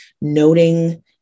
noting